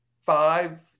five